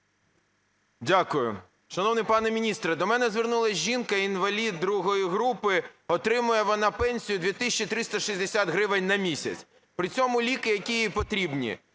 Дякую. Шановний пане міністре, до мене звернулась жінка-інвалід ІІ групи, отримує вона пенсію 2 тисячі 360 гривень на місяць. При цьому ліки, якій їй потрібні: